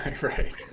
Right